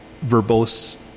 verbose